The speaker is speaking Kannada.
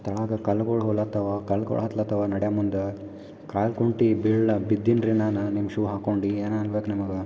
ಕೆಳಾಗ ಕಲ್ಗುಳು ಹೊಗ್ಲಾತವ ಕಲ್ಗುಳು ಹತ್ಲಾತವ ನಡೆ ಮುಂದ ಕಾಲು ಕುಂಟಿ ಬೀಳ್ ಬಿದ್ದಿನಿ ರೀ ನಾನು ನಿಮ್ಮ ಶೂ ಹಾಕೊಂಡು ಏನ ಅನ್ಬೇಕು ನಿಮಗೆ